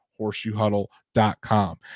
horseshoehuddle.com